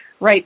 right